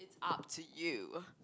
it's up to you